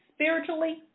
spiritually